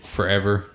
Forever